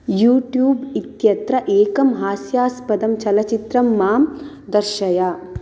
YouTube इत्यत्र एकं हास्यास्पदं चलचित्रं मां दर्शय